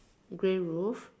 grey roof